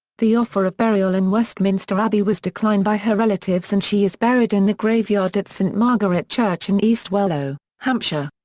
the offer of burial in westminster abbey was declined by her relatives and she is buried in the graveyard at st. margaret church in east wellow, hampshire.